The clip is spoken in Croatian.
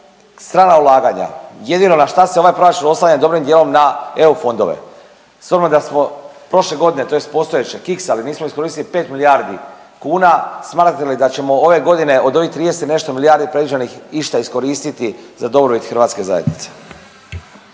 strana ulaganja jedino na šta se ovaj proračun oslanja dobrim dijelom na eu fondove. S obzirom da smo prošle godine tj. postojeće kiksali, nismo iskoristili 5 milijardi kuna smatrate li da ćemo ove godine od ovih 30 i nešto milijardi predviđenih išta iskoristiti za dobrobit hrvatske zajednice?